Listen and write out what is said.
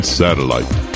satellite